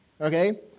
okay